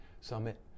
summit